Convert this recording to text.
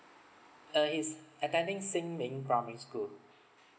uh he's attending xinmin primary school